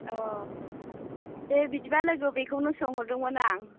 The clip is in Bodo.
औ दे बिदिब्ला लोगो बेखौनो सोंहरदोंमोन आं